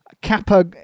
Kappa